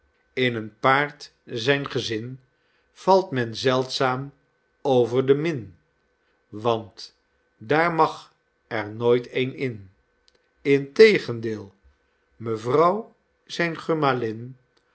in een paard zijn gezin valt men zeldzaam over de min want daar mag er nooit een in de